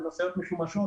במשאיות משומשות.